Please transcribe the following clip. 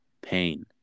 pain